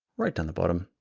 right down the bottom,